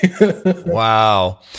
Wow